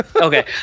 okay